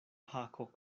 hako